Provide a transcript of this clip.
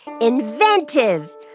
inventive